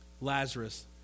Lazarus